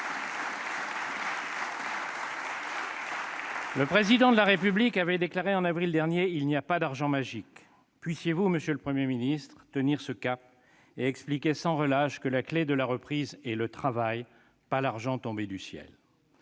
Le Président de la République avait déclaré en avril dernier :« Il n'y a pas d'argent magique ». Puissiez-vous, monsieur le Premier ministre, tenir ce cap et expliquer sans relâche que la clé de la reprise est le travail, pas l'argent tombé du ciel.